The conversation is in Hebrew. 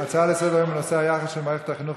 לסדר-היום בנושא: היחס של מערכת החינוך